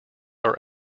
are